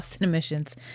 Emissions